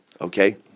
okay